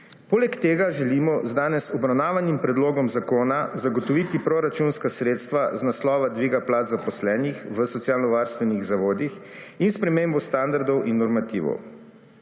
Poleg tega želimo z danes obravnavanim predlogom zakona zagotoviti proračunska sredstva iz naslova dviga plač zaposlenih v socialno-varstvenih zavodih in spremembo standardov in normativov.